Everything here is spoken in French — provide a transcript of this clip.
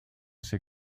sait